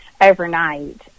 overnight